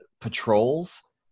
patrols